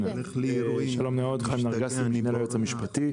שלום, חיים נרגסי, המשנה ליועץ המשפטי,